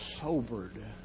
sobered